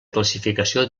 classificació